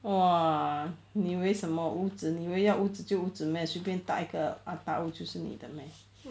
!wah! 你以为什么屋子你以为要屋子就屋子 meh 随便一个 attap 屋就是你的 meh